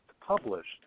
published